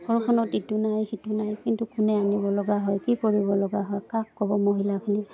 ঘৰখনত ইটো নাই সিটো নাই কিন্তু কোনে আনিবলগা হয় কি কৰিবলগা হয় কাক ক'ব মহিলাখিনিয়ে